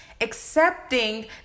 accepting